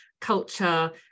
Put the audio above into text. culture